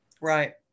right